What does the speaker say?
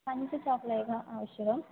पञ्च चाकलेहाः आवश्यकम्